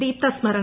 ദീപ്ത സ്മരണ